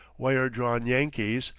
wire-drawn yankees,